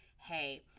Hey